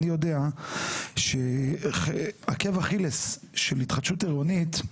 אני יודע שהעקב אכילס של התחדשות עירונית הוא